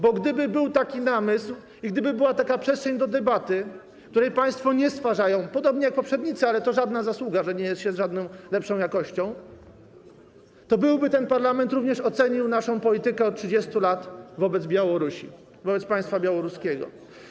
Bo gdyby był taki namysł i gdyby była taka przestrzeń do debaty, której państwo nie stwarzają - podobnie jak poprzednicy, ale to nie jest żadna zasługa, że nie jest się lepszą jakością - to ten parlament również oceniłby naszą politykę od 30 lat wobec Białorusi, wobec państwa białoruskiego.